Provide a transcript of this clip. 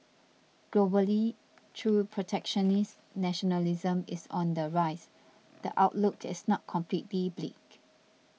globally though protectionist nationalism is on the rise the outlook is not completely bleak